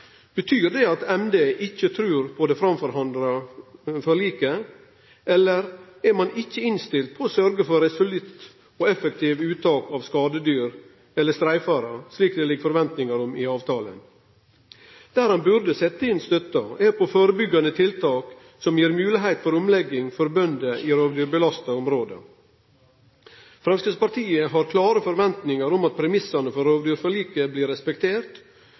Betyr det at Miljøverndepartementet ikkje trur på det framforhandla forliket, eller er ein ikkje innstilt på å sørgje for eit resolutt og effektivt uttak av skadedyr eller streifarar, slik det ligg forventningar om i avtalen? Der ein burde setje inn støtta, er på førebyggjande tiltak som gjev moglegheit for omlegging for bønder i rovdyrbelasta område. Framstegspartiet har klare forventningar om at premissane for rovdyrforliket blir